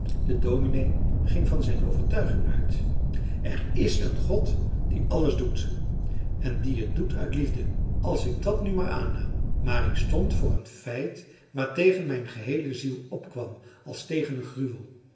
de dominee ging van zijn overtuiging uit er is een god die alles doet en die het doet uit liefde als ik dat nu maar aannam maar ik stond voor een feit waartegen mijn geheele ziel opkwam als tegen een gruwel